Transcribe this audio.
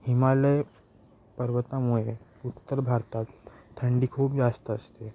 हिमालय पर्वतामुळे उत्तर भारतात थंडी खूप जास्त असते